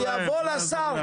זה יבוא לשר.